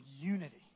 unity